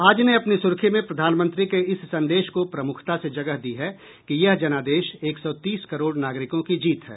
आज ने अपनी सुर्खी में प्रधानमंत्री के इस संदेश को प्रमुखता से जगह दी है कि यह जनादेश एक सौ तीस करोड़ नागरिकों की जीत है